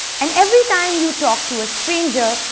and every time you talk to a stranger,